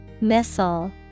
Missile